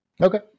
okay